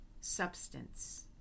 substance